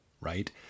right